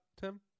Tim